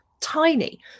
tiny